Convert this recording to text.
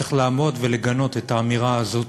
צריך לעמוד ולגנות את האמירה הזאת,